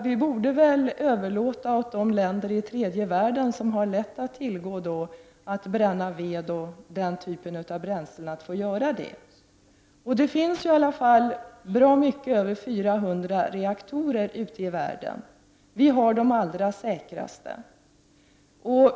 Vi borde väl överlåta åt de länder i tredje världen som har lättare att bränna ved och den typen av bränsle att få göra det. Det finns i alla fall bra mycket över 400 reaktorer ute i världen. Vi har de allra säkraste.